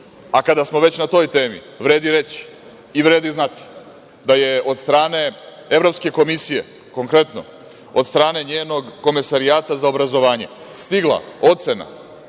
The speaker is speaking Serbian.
smo već na toj temi, vredi reći i vredi znati da je od strane Evropske komisije, konkretno od strane njenog komesarijata za obrazovanje stigla ocena